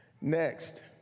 Next